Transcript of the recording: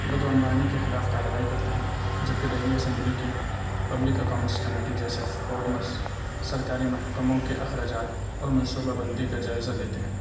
بد عنوانی کے خلاف کارروائی کرتے ہیں جبکہ دہلی اسسمبلی کے پبلک اکاؤنٹس کمیٹی جیسے فارمرس سرکاری محکموں کے اخراجات اور منصوبہ بندی کا جائزہ لیتے ہیں